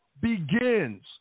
begins